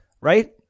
Right